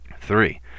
Three